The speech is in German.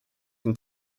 den